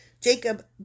Jacob